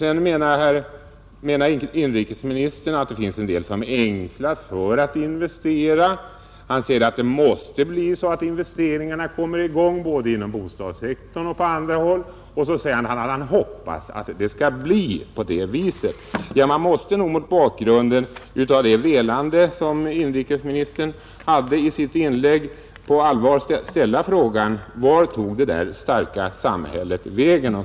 Inrikesministern sade vidare att det finns de som ängslas för att investera. Han sade att investeringarna måste komma i gång både inom bostadssektorn och på andra håll, och han hoppades att det skulle bli på det viset. Man måste nog mot bakgrunden av velandet i inrikesministerns inlägg på allvar ställa frågan: Vart tog det starka samhället vägen?